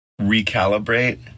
recalibrate